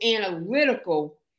analytical